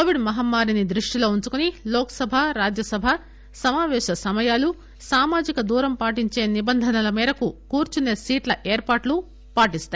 Covid మహమ్మారిని దృష్ట్విలో వుంచుకొని లోక్ సభ రాజ్వసభ సమాపేశ సమయాలు సామాజిక దూరం పాటించే నిబంధనల మేరకు కూర్పునే సీట్ల ఏర్పాట్లు పాటిస్తాయి